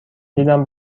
دیدم